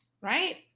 right